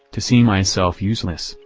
to see myself useless,